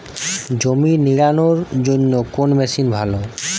জমি নিড়ানোর জন্য কোন মেশিন ভালো?